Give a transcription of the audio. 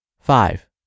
Five